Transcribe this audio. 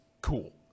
cool